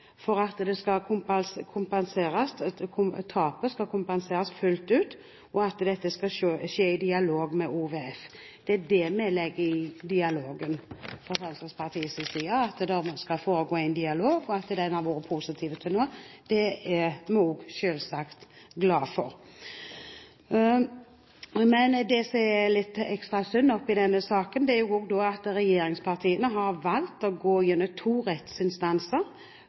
for at tapet skal kompenseres fullt ut, og at det skal skje i dialog med OVF. Det er det vi fra Fremskrittspartiet legger i at det skal foregå en dialog. At den har vært positiv til nå, er vi selvsagt glad for. Men det som er litt ekstra synd, er at regjeringspartiene valgte å bringe denne saken gjennom to rettsinstanser